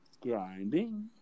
Grinding